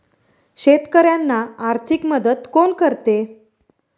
शेतकऱ्यांना आर्थिक मदत कोण करते?